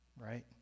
Right